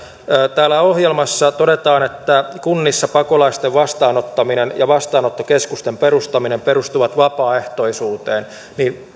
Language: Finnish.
täällä ohjelmassa todetaan että kunnissa pakolaisten vastaanottaminen ja vastaanottokeskusten perustaminen perustuvat vapaaehtoisuuteen niin